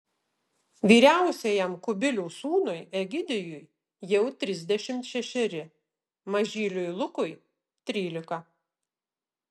vyriausiajam kubilių sūnui egidijui jau trisdešimt šešeri mažyliui lukui trylika